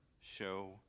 Show